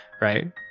right